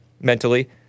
mentally